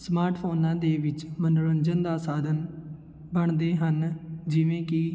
smart ਫੋਨਾਂ ਦੇ ਵਿੱਚ ਮਨੋਰੰਜਨ ਦਾ ਸਾਧਨ ਬਣਦੇ ਹਨ ਜਿਵੇਂ ਕਿ